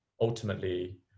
Ultimately